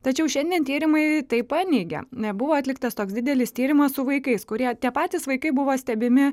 tačiau šiandien tyrimai tai paneigia buvo atliktas toks didelis tyrimas su vaikais kurie tie patys vaikai buvo stebimi